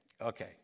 Okay